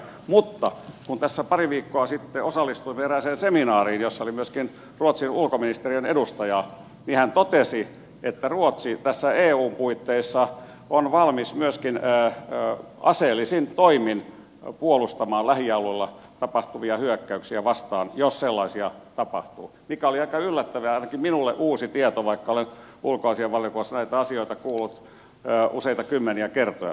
mutta kun tässä pari viikkoa sitten osallistuimme erääseen seminaariin jossa oli myöskin ruotsin ulkoministeriön edustaja niin hän totesi että ruotsi tässä eun puitteissa on valmis myöskin aseellisin toimin puolustautumaan lähialueella tapahtuvia hyökkäyksiä vastaan jos sellaisia tapahtuu mikä oli aika yllättävää ja ainakin minulle uusi tieto vaikka olen ulkoasiainvaliokunnassa näitä asioita kuullut useita kymmeniä kertoja